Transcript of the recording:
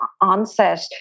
onset